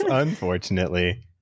unfortunately